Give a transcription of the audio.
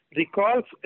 recalls